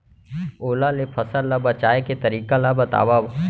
ओला ले फसल ला बचाए के तरीका ला बतावव?